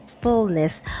fullness